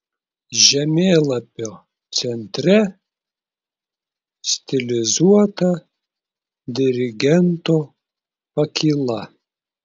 žemėlapio centre stilizuota dirigento pakyla